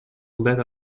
let